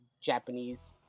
Japanese